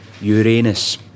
Uranus